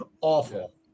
Awful